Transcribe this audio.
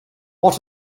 what